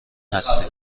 هستی